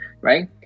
right